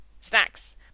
Snacks